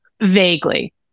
vaguely